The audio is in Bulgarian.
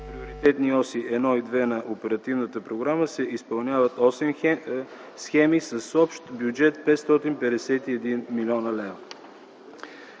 приоритетни оси 1 и 2 на оперативната програма се изпълняват осем схеми с общ бюджет 551 млн. лв.